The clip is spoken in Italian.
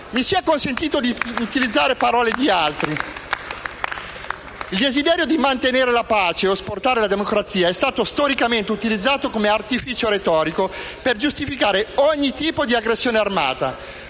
Mi sia consentito di utilizzare parole di altri: il desiderio di mantenere la pace o esportare la democrazia è stato storicamente utilizzato come artificio retorico per giustificare ogni tipo di aggressione armata.